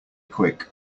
quick